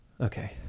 Okay